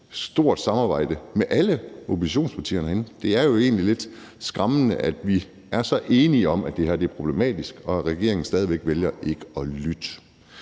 stort samarbejde med alle oppositionspartier herinde. Det er jo egentlig lidt skræmmende, at vi er så enige om, at det her er problematisk, og at regeringen stadig væk vælger ikke at lytte.